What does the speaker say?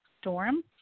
storm